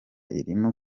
irimo